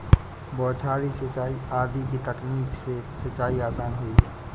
बौछारी सिंचाई आदि की तकनीक से सिंचाई आसान हुई है